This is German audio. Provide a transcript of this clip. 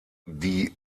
die